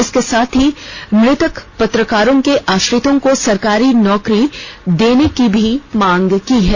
इसके साथ ही मृतक पत्रकारों के आश्रितों को सरकारी नौकरी देने की भी मांग की है